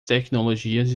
tecnologias